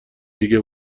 دیگه